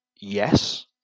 yes